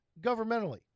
governmentally